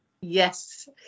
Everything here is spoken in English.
Yes